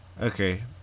Okay